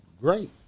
great